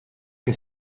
que